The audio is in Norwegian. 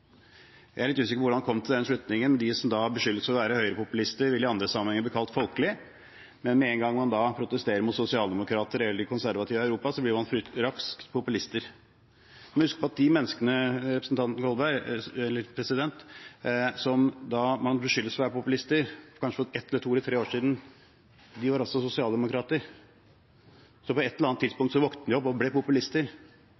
jeg harselerte med andre folk, var det høyrepopulisme. Jeg er litt usikker på hvordan han kom til den slutningen. De som da beskyldes for å være høyrepopulister, vil i andre sammenhenger bli kalt folkelige. Men med en gang man protesterer mot sosialdemokrater eller de konservative i Europa, blir man raskt populister. En må huske på at de menneskene som beskyldes for å være populister, kanskje for ett, to eller tre år siden var sosialdemokrater, og på et eller annet